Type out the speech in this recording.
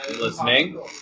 Listening